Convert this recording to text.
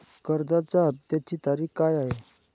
कर्जाचा हफ्त्याची तारीख काय आहे?